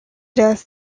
death